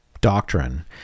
doctrine